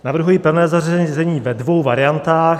Navrhuji pevné zařazení ve dvou variantách.